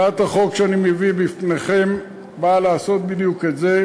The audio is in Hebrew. הצעת החוק שאני מביא בפניכם באה לעשות בדיוק את זה,